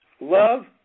love